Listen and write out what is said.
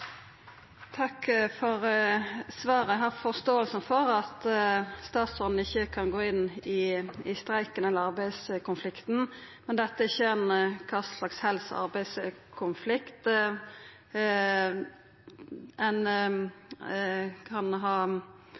Takk for svaret. Eg har forståing for at statsråden ikkje kan gå inn i streiken eller arbeidskonflikten, men dette er ikkje kva arbeidskonflikt som helst. Ein kan